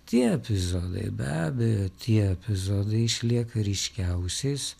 tie epizodai be abejo tie epizodai išlieka ryškiausiais